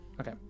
Okay